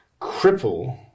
cripple